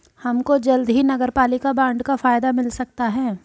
हमको जल्द ही नगरपालिका बॉन्ड का फायदा मिल सकता है